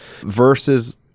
versus